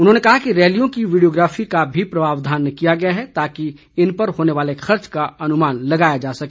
उन्होंने कहा कि रैलियों की वीडियोग्राफी का भी प्रावधान किया गया है ताकि इन पर होने वाले खर्च का अनुमान लगाया जा सके